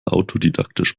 autodidaktisch